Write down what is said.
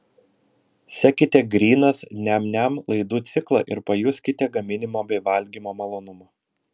sekite grynas niam niam laidų ciklą ir pajuskite gaminimo bei valgymo malonumą